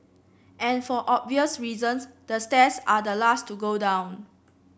and for obvious reasons the stairs are the last to go down